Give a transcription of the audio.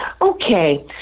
okay